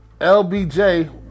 LBJ